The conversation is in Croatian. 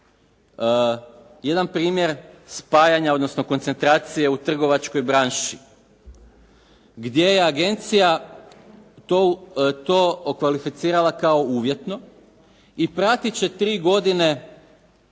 jedan primjer spajanja odnosno koncentracije u trgovačkoj branši gdje je agencija to okvalificirala kao uvjetno i pratit će tri godine